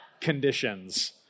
conditions